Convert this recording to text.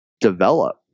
develop